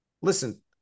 listen